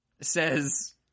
says